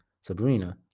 Sabrina